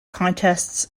contests